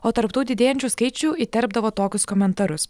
o tarp tų didėjančių skaičių įterpdavo tokius komentarus